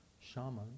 shaman